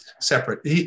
separate